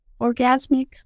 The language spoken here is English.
orgasmic